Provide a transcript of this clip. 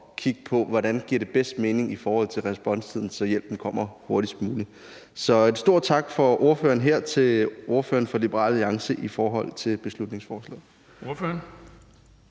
hvordan det bedst giver mening i forhold til responstiden, så hjælpen kommer hurtigst muligt frem. Så jeg vil sende en stor tak fra ordføreren her til ordføreren fra Liberal Alliance i forhold til beslutningsforslaget. Kl.